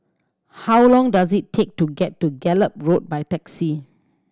how long does it take to get to Gallop Road by taxi